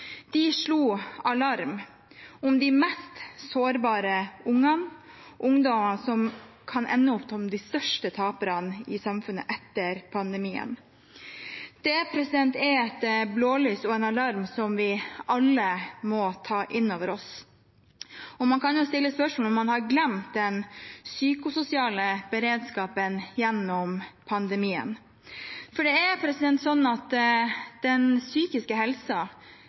De slo alarm om de mest sårbare ungene, ungdommer som kan ende opp som de største taperne i samfunnet etter pandemien. Det er et blålys og en alarm som vi alle må ta inn over oss. Man kan stille spørsmål om man har glemt den psykososiale beredskapen gjennom pandemien. Den psykiske helsen var ikke prioritert høyt nok i en normalsituasjon, og når det